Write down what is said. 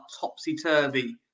topsy-turvy